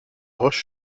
roche